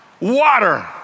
Water